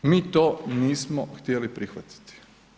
Mi to nismo htjeli prihvatiti.